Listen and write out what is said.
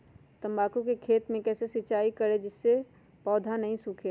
तम्बाकू के खेत मे कैसे सिंचाई करें जिस से पौधा नहीं सूखे?